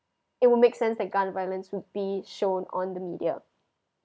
it would make sense that gun violence would be shown on the media